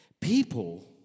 People